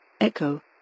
Echo